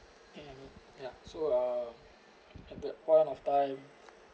ya I mean ya so uh at the point of time